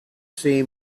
see